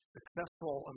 Successful